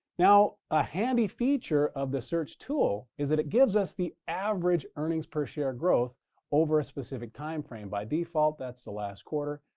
now, a handy feature of the search tool is that it gives us the average earnings per share growth over a specific time frame. by default that's the last quarter.